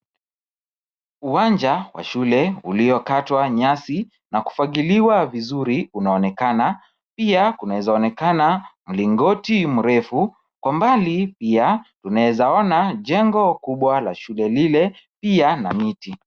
Uwanja wa shule uliokatwa nyasi na kufagiliwa vizuri unaonekana, pia kunaweza onekana mlingoti mrefu, kwa mbali pia tunaweza ona jengo kubwa la shule lile pia na miti.